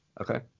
Okay